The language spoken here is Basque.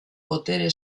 botere